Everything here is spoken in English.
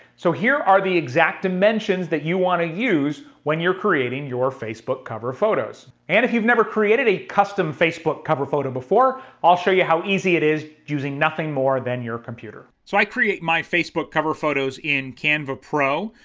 so here are the exact dimensions that you wanna use when you're creating your facebook cover photos. and if you've never created a custom facebook cover photo before, i'll show you how easy it is using nothing more than your computer. so i create my facebook cover photos in canva pro,